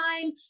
time